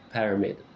Pyramid